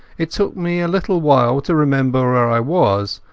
it took me a little while to remember where i was,